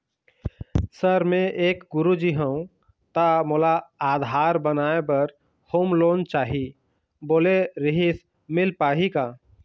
Sir मे एक गुरुजी हंव ता मोला आधार बनाए बर होम लोन चाही बोले रीहिस मील पाही का?